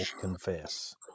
confess